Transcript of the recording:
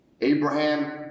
Abraham